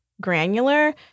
granular